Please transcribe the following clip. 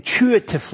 Intuitively